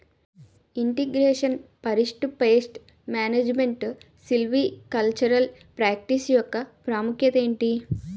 integration forest pest management silvicultural practice యెక్క ప్రాముఖ్యత ఏంటి